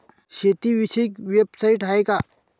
शेतीविषयक वेबसाइट आहे का?